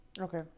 Okay